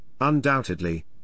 undoubtedly